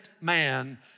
man